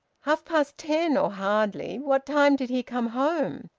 half-past ten or hardly. what time did he come home?